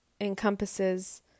encompasses